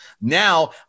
now